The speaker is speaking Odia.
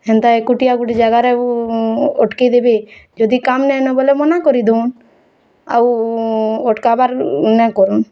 ହେନ୍ତା ଏକୁଟିଆ ଗୁଟେ ଜାଗାରେ ମୁଁ ଅଟକେଇ ଦେମି ଯଦି କାମ୍ ନାଇନ ବେଲେ ମନାକରି ଦଉନ୍ ଆଉ ଅଟ୍କାବାର୍ ନାଇ କରୁନ୍